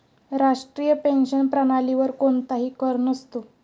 राष्ट्रीय पेन्शन प्रणालीवर कोणताही कर नसतो